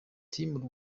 team